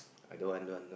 I don't want don't want